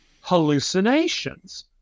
hallucinations